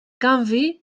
canvi